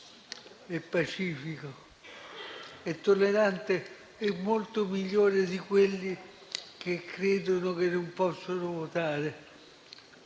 pacifico, tollerante e molto migliore di quelli che credono di non poter votare.